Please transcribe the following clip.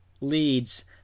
leads